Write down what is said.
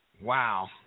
Wow